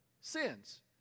Sins